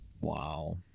Wow